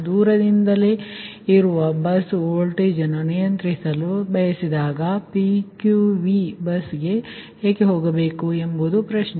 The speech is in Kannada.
ಆದ್ದರಿಂದ ದೂರದಿಂದಲೇ ಇರುವ ಬಸ್ ವೋಲ್ಟೇಜ್ ಅನ್ನು ನಿಯಂತ್ರಿಸಲು ಬಯಸಿದಾಗ PQV ಬಸ್ಗೆ ಏಕೆ ಹೋಗಬೇಕು ಎಂಬುದು ಪ್ರಶ್ನೆ